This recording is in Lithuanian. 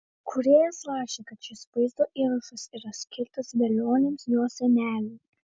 kūrėjas rašė kad šis vaizdo įrašas yra skirtas velioniams jo seneliui